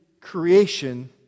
creation